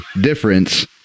difference